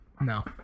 No